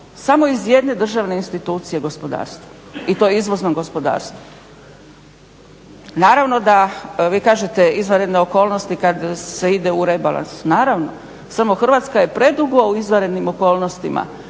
samo iz jedne državne institucije gospodarstvu, i to izvoznom gospodarstvu. Naravno da vi kažete izvanredne okolnosti kada se ide u rebalans, naravno, samo Hrvatska je predugo u izvanrednim okolnostima